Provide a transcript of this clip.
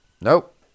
nope